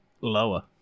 lower